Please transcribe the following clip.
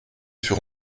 sur